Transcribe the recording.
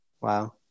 Wow